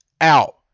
out